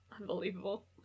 Unbelievable